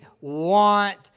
want